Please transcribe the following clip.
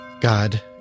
God